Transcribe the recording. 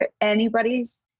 anybody's